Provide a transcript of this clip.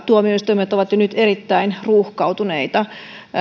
tuomioistuimet ovat jo nyt erittäin ruuhkautuneita